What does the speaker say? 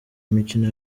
imikino